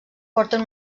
porten